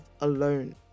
alone